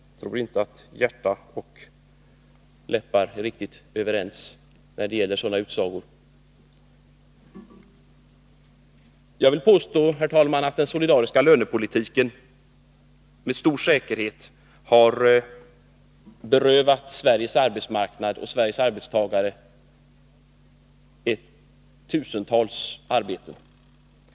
Jag tror inte att hjärta och tunga är riktigt överens när det gäller sådana utsagor. Herr talman! Jag vill påstå att den solidariska lönepolitiken med stor säkerhet har berövat Sveriges arbetsmarknad och Sveriges arbetstagare tusentals arbeten.